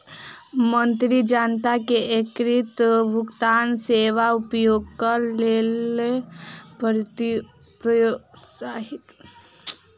मंत्री जनता के एकीकृत भुगतान सेवा के उपयोगक लेल प्रोत्साहित कयलैन